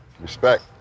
Respect